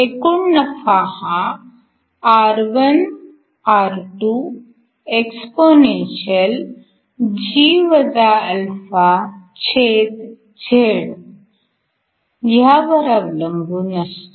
एकूण नफा हा R1R2 expg αz ह्यावर अवलंबून असतो